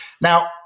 Now